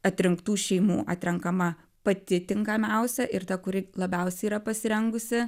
atrinktų šeimų atrenkama pati tinkamiausia ir ta kuri labiausiai yra pasirengusi